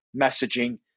messaging